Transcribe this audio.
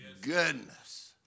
goodness